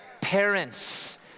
Parents